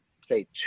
say